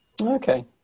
Okay